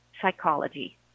psychology